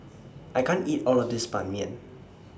I can't eat All of This Ban Mian